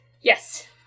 Yes